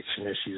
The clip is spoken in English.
issues